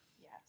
Yes